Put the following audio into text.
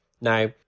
Now